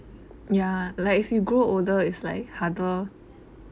ya like as you grow older is like harder